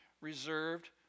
reserved